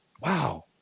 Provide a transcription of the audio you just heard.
wow